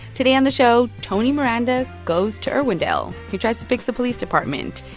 today on the show, tony miranda goes to irwindale. he tries to fix the police department.